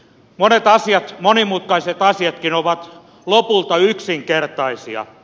monet asiat monimutkaisetkin asiat ovat lopulta yksinkertaisia